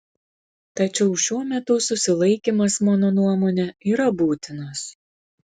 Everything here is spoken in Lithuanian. tačiau šuo metu susilaikymas mano nuomone yra būtinas